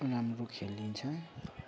राम्रो खेलिन्छ